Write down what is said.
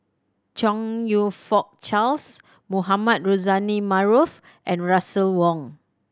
Chong You Fook Charles Mohamed Rozani Maarof and Russel Wong